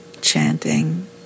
chanting